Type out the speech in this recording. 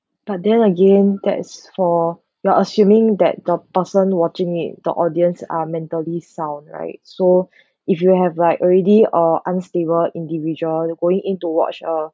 but then again that's for you are assuming that the person watching it the audience are mentally sound right so if you have like already uh unstable individual that going in to watch a